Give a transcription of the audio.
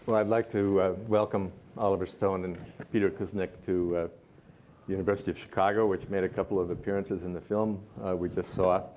but i'd like to welcome oliver stone and peter kuznick to the university of chicago, which made a couple of appearances in the film we just saw.